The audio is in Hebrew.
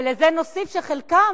ולזה נוסיף שחלקם,